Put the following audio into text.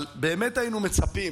אבל באמת היינו מצפים